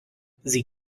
sie